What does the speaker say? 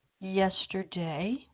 yesterday